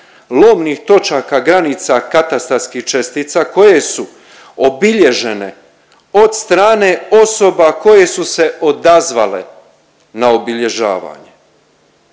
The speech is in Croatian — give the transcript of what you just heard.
lomnih točaka granica katastarskih čestica koje su obilježene od strane osobe koje su se odazvale na obilježavanje